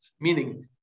Meaning